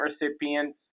recipients